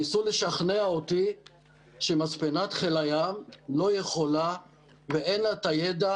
ניסו לשכנע אותי שמספנת חיל הים לא יכולה ואין לה את הידע